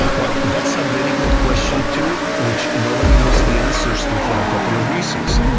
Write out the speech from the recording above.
well, that's a very good question too, which nobody knows the answer to, for a couple of reasons.